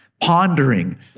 pondering